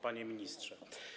Panie Ministrze!